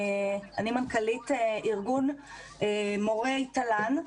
אני מנכ"לית ארגון מורי תל"ן.